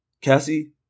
Cassie